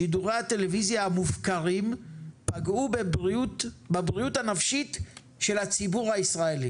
שידורי הטלוויזיה המופקרים פגעו בבריאות הנפשית של הציבור הישראלי.